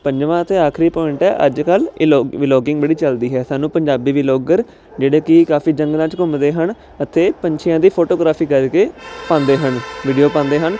ਪੰਜਵਾਂ ਅਤੇ ਆਖਰੀ ਪੁਆਇੰਟ ਹੈ ਅੱਜ ਕੱਲ੍ਹ ਇਲੋ ਵਲੋਗਿੰਗ ਬੜੀ ਚੱਲਦੀ ਹੈ ਸਾਨੂੰ ਪੰਜਾਬੀ ਵੀਲੋਗਰ ਜਿਹੜੇ ਕਿ ਕਾਫੀ ਜੰਗਲਾਂ 'ਚ ਘੁੰਮਦੇ ਹਨ ਅਤੇ ਪੰਛੀਆਂ ਦੀ ਫੋਟੋਗ੍ਰਾਫੀ ਕਰਕੇ ਪਾਉਂਦੇ ਹਨ ਵੀਡੀਓ ਪਾਉਂਦੇ ਹਨ